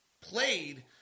played